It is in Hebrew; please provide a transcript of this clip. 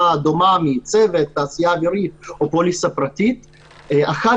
דומה מצוות התעשייה אווירית או פוליסה פרטית,